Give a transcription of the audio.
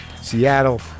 Seattle